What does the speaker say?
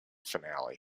finale